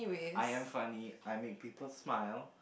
I am funny I make people smile